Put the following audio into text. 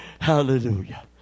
Hallelujah